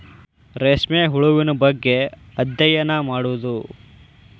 ರೇಶ್ಮೆ ಹುಳುವಿನ ಬಗ್ಗೆ ಅದ್ಯಯನಾ ಮಾಡುದು